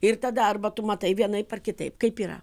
ir tada arba tu matai vienaip ar kitaip kaip yra